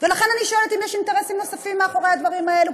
ולכן אני שואלת אם יש אינטרסים נוספים מאחורי הדברים האלה,